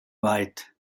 weit